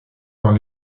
dans